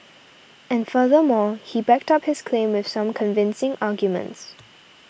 and furthermore he backed up his claim with some convincing arguments